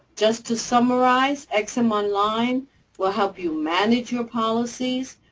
just to summarize, ex-im online will help you manage your policies,